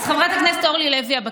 אז חברת הכנסת אורלי לוי אבקסיס,